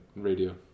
radio